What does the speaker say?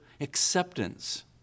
acceptance